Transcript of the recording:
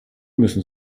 müssen